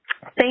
thank